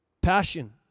passion